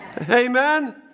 Amen